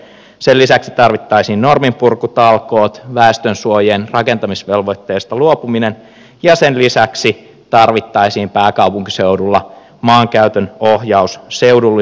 sen lisäksi tarvittaisiin norminpurkutalkoot väestönsuojien rakentamisvelvoitteesta luopuminen ja sen lisäksi tarvittaisiin pääkaupunkiseudulla maankäytön ohjaus seudulliseksi